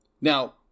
Now